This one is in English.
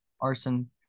Arson